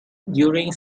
during